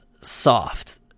soft